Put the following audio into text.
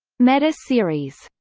meta-series.